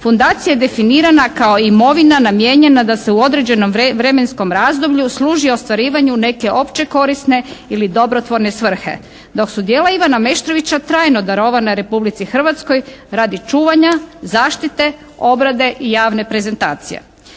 fundacija je definirana kao imovina namijenjena da se u određenom vremenskom razdoblju služi ostvarivanju neke opće korisne ili dobrotvorne svrhe dok su djela Ivana Meštrovića trajno darovane Republici Hrvatskoj radi čuvanja, zaštite, obrade i javne prezentacije.